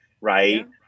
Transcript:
right